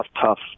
tough